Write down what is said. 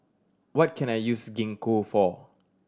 what can I use Gingko for